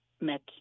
met